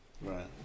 Right